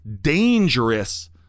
dangerous